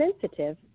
sensitive